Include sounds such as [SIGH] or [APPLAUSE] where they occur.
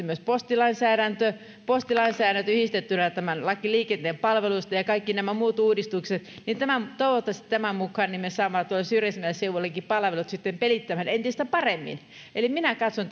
[UNINTELLIGIBLE] myös postilainsäädäntö postilainsäädäntö yhdistettynä tähän lakiin liikenteen palveluista ja on kaikki nämä muut uudistukset niin toivottavasti tämän mukaan me saamme tuolla syrjäisimmilläkin seuduilla palvelut sitten pelittämään entistä paremmin eli minä katson [UNINTELLIGIBLE]